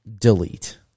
delete